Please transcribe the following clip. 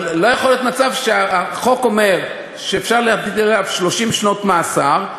אבל לא יכול להיות מצב שהחוק אומר שאפשר להטיל עליו 30 שנות מאסר,